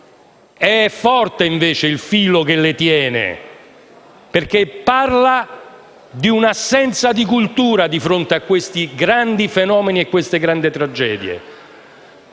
È forte invece il filo che le tiene, perché parla di un'assenza di cultura di fronte a questi grandi fenomeni e a queste grandi tragedie.